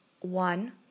One